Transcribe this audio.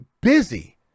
busy